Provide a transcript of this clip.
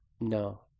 no